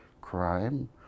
crime